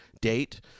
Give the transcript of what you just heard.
date